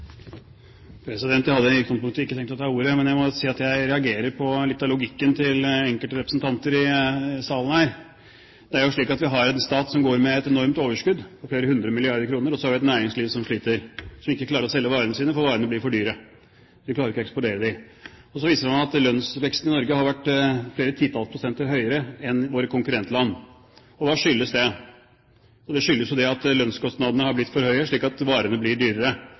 Jeg hadde egentlig ikke tenkt å ta ordet, men jeg må si at jeg reagerer på litt av logikken til enkelte representanter i salen her. Det er jo slik at vi har en stat som går med et enormt overskudd – på flere hundre milliarder kroner – og så har vi et næringsliv som sliter, som ikke klarer å selge varene sine, for varene blir for dyre. De klarer ikke å eksportere dem. Og så viser man til at lønnsveksten i Norge har vært flere titalls prosent høyere enn i våre konkurrentland. Og hva skyldes det? Jo, det skyldes at lønnskostnadene har blitt for høye, slik at varene blir dyrere,